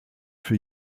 für